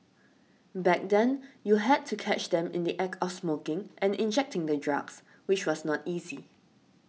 back then you had to catch them in the Act of smoking and injecting the drugs which was not easy